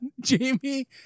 jamie